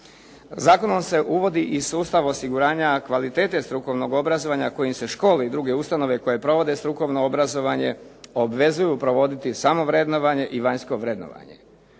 Zakonom se uvodi i sustav osiguranja kvalitete strukovnog obrazovanja kojim se škole i druge ustanove koje provode strukovno obrazovanje, obvezuju provoditi samovrednovanje i vanjsko vrednovanje.